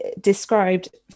described